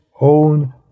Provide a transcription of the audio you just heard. own